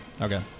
Okay